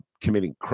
committing